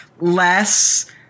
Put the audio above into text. less